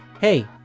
Hey